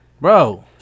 Bro